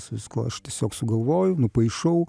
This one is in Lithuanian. su viskuo aš tiesiog sugalvoju nupaišau